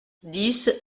dix